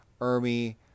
ERMI